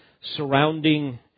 surrounding